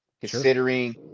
Considering